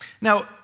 Now